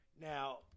Now